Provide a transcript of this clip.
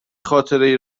خاطره